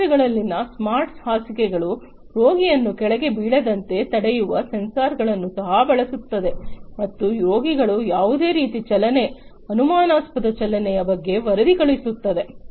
ಆಸ್ಪತ್ರೆಗಳಲ್ಲಿನ smart ಹಾಸಿಗೆಗಳು ರೋಗಿಯನ್ನು ಕೆಳಗೆ ಬೀಳದಂತೆ ತಡೆಯುವ ಸೆನ್ಸಾರ್ಗಳನ್ನು ಸಹ ಬಳಸುತ್ತವೆ ಮತ್ತು ರೋಗಿಗಳ ಯಾವುದೇ ರೀತಿಯ ಚಲನೆ ಅನುಮಾನಾಸ್ಪದ ಚಲನೆಯ ಬಗ್ಗೆ ವರದಿ ಕಳುಹಿಸುತ್ತವೆ